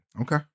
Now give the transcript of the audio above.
Okay